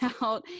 out